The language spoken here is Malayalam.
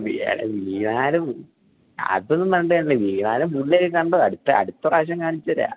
വീണാലും അതൊന്നും പണ്ടേയണ്ടില്ല വീണാലും പുള്ളിയെക്കെ കണ്ടോ അട്ത്ത അട്ത്ത പ്രാവശ്യം കാണിച്ച് തെരാം